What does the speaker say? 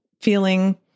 feeling